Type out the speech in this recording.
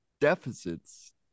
deficits